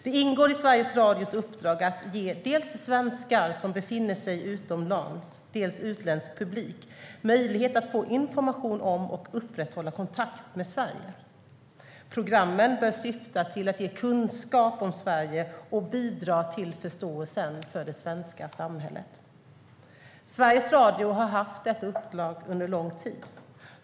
Det ingår i Sveriges Radios uppdrag att ge dels svenskar som befinner sig utomlands, dels utländsk publik möjlighet att få information om och upprätthålla kontakt med Sverige. Programmen bör syfta till att ge kunskap om Sverige och bidra till förståelsen för det svenska samhället. Sveriges Radio har haft detta uppdrag under lång tid.